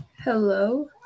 Hello